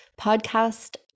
podcast